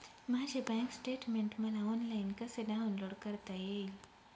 माझे bank statement मला online कसे डाउनलोड करता येईल?